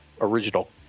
Original